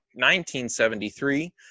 1973